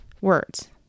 words